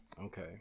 Okay